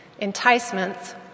Enticements